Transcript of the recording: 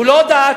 הוא לא דת.